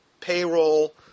payroll